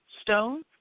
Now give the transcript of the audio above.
Stone